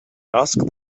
asked